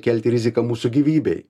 kelti riziką mūsų gyvybei